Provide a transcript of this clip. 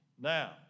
Now